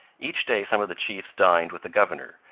each day some of the chiefs dined with the governor,